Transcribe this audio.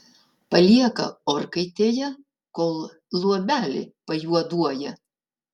palieka orkaitėje kol luobelė pajuoduoja